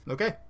Okay